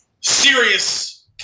serious